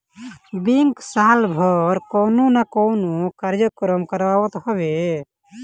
bank साल भर कवनो ना कवनो कार्यक्रम करावत हवे